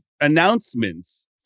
announcements